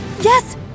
Yes